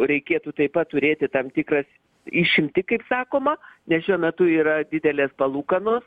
reikėtų taip pat turėti tam tikras išimtį kaip sakoma nes šiuo metu yra didelės palūkanos